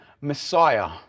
Messiah